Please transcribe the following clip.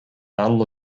battle